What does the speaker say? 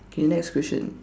K next question